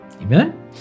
amen